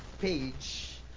page